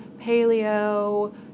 paleo